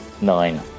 Nine